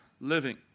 living